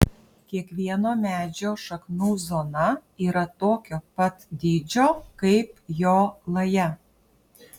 kiekvieno medžio šaknų zona yra tokio pat dydžio kaip jo laja